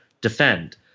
defend